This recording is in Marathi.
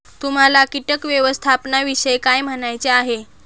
तुम्हाला किटक व्यवस्थापनाविषयी काय म्हणायचे आहे?